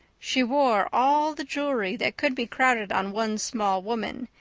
she wore all the jewelry that could be crowded on one small woman,